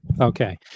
Okay